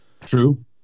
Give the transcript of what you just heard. True